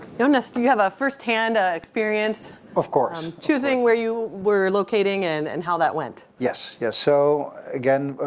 jonas, you you have a firsthand ah experience? of course. um choosing where you were locating and and how that went? yes. yes. so again,